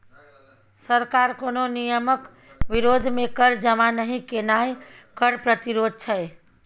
सरकार कोनो नियमक विरोध मे कर जमा नहि केनाय कर प्रतिरोध छै